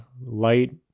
light